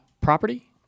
property